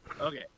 Okay